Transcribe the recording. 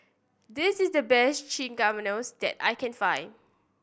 this is the best Chimichangas that I can find